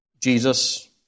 Jesus